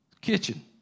Kitchen